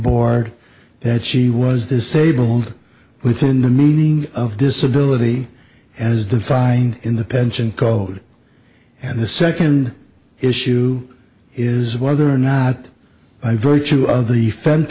board that she was disabled within the meaning of disability as defined in the pension code and the second issue is whether or not by virtue of the fen